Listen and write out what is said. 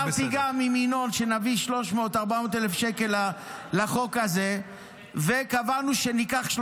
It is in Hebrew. נתתי לך עוד דקה וחצי כבר,